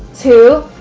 two,